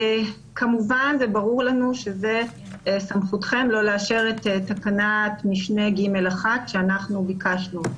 כמובן וברור לנו שזו סמכותכם לא לאשר את תקנת משנה (ג1) שאנחנו ביקשנו.